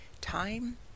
Time